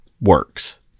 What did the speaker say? works